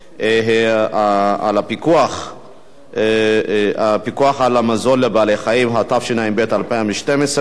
לפיקוח על איכות המזון ולתזונה נכונה במוסדות החינוך,